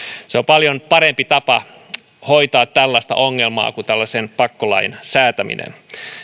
se on paljon parempi tapa hoitaa tällaista ongelmaa kuin tällaisen pakkolain säätäminen